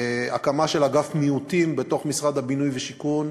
הקמה של אגף מיעוטים בתוך משרד הבינוי והשיכון,